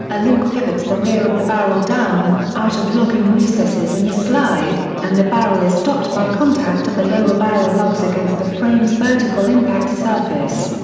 a link pivots the rear of the barrel down, out of locking recesses in the slide, and the barrel is stopped by contact of the lower barrel lugs against the frame's vertical impact surface.